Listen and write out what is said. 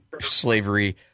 slavery